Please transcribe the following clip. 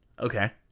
Okay